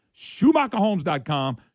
SchumacherHomes.com